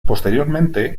posteriormente